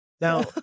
Now